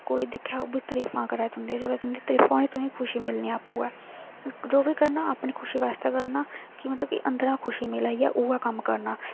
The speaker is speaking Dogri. कोई दिक्खै ओह् बी तरीफां करै तुंदियां जिसलै तुं'दियां तरीफां होनियां तुसेंगी खुशी मिलनी आपूं गै जो बी करना अपनी खुशी बास्तै करना कि मतलब कि अन्दरा खुशी मिलै उऐ कम्म करना